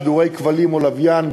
שידורי כבלים או לוויין,